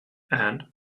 and